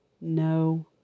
no